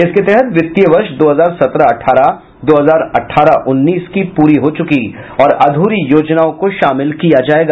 इसके तहत वित्तीय वर्ष दो हजार सत्रह अठारह और दो हजार अठारह उन्नीस की पूरी हो चुकी और अधूरी योजनाओं को शामिल किया जायेगा